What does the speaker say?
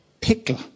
pickle